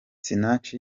sinach